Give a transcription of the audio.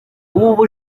umubu